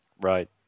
right